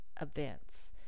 events